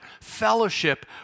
fellowship